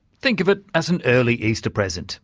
think of it as an early easter present.